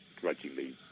grudgingly